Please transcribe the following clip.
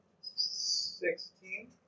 Sixteen